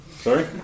Sorry